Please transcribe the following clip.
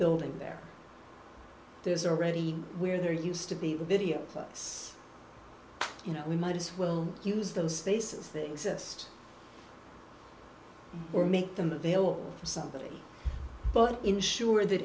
building there there's already where there used to be video clips you know we might as we'll use those spaces that exist or make them available for somebody but ensure that